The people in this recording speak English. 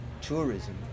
tourism